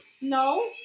No